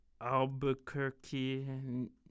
Albuquerque